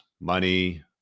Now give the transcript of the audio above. money